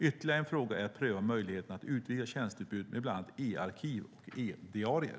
Ytterligare en fråga är att pröva möjligheterna att utvidga tjänsteutbudet med bland annat e-arkiv och e-diarier.